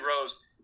Rose